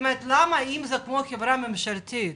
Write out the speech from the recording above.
אם זה כמו חברה ממשלתית,